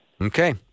Okay